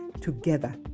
together